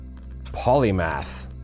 polymath